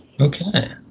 Okay